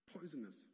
poisonous